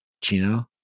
Chino